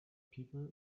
people